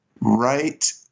Right